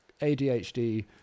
adhd